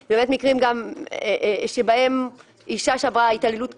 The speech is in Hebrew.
הם מקרים שבהם אישה שעברה התעללות קודמת,